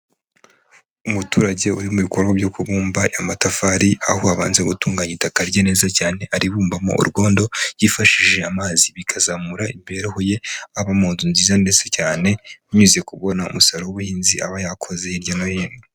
Umuturage uri mu bikorwa byo kubumba amatafari, aho abanza gutunganya itaka rye neza cyane, aribumbamo urwondo yifashishije amazi, bikazamura imibereho ye, aba mu nzu nziza, ndetse cyane. Binyuze kubona umusaruro w'ubuhinzi aba yakoze hirya no hino.